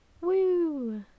woo